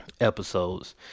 episodes